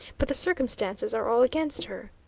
but the circumstances are all against her.